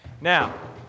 Now